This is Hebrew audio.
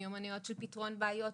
מיומנויות של פתרון בעיות,